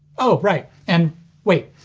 oh right, and wait,